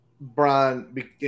Brian